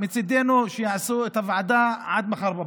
מצידנו שיעשו את הוועדה עד מחר בבוקר.